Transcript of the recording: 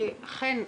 חן.